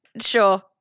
sure